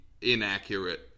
inaccurate